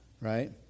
right